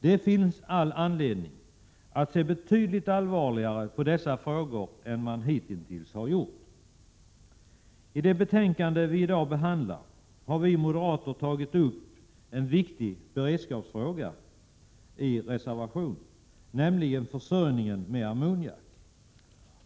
Det finns all anledning att se betydligt allvarligare på dessa frågor än man hitintills har gjort. I det betänkande vi i dag behandlar har vi moderater i reservation tagit upp en viktig beredskapsfråga, nämligen försörjningen med ammoniak.